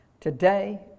today